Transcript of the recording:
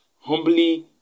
humbly